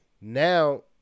Now